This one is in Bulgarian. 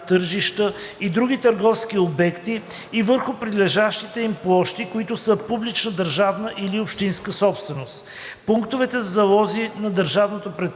тържища и други търговски обекти и върху прилежащите им площи, които са публична държавна или общинска собственост. Пунктовете за залози на държавното предприятие